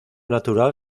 natural